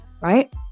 Right